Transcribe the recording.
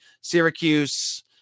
Syracuse